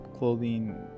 clothing